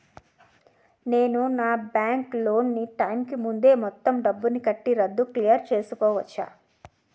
నేను నా bank loan నీ టైం కీ ముందే మొత్తం డబ్బుని కట్టి రద్దు క్లియర్ చేసుకోవచ్చా?